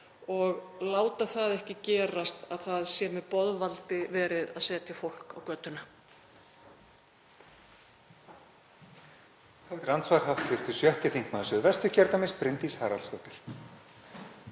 og láta það ekki gerast að það sé með boðvaldi verið að setja fólk á götuna.